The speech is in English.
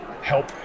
help